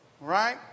Right